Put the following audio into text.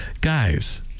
Guys